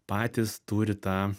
patys turi tą